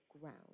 ground